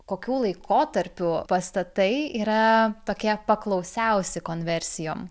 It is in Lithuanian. kokių laikotarpių pastatai yra tokie paklausiausi konversijom